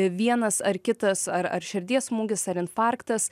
vienas ar kitas ar ar širdies smūgis ar infarktas